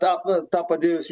tą tą padėjus į